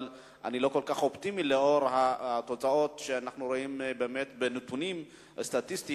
אבל אני לא כל כך אופטימי לאור התוצאות שאנחנו רואים בנתונים סטטיסטיים,